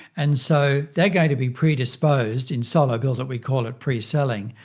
and so they're going to be predisposed, in solo build it! we call it pre-selling,